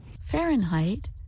Fahrenheit